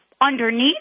Underneath